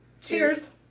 Cheers